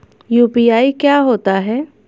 UPI क्या होता है?